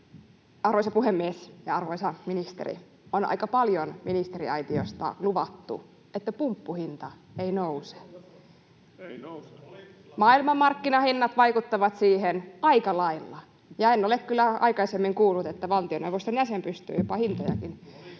Arvoisa puhemies! Arvoisa ministeri, on aika paljon ministeriaitiosta luvattu, että pumppuhinta ei nouse. [Eduskunnasta: Ei nouse!] Maailmanmarkkinahinnat vaikuttavat siihen aika lailla, ja en ole kyllä aikaisemmin kuullut, että valtioneuvoston jäsen pystyy jopa hintojakin